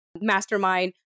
mastermind